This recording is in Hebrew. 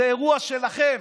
זה אירוע שלכם,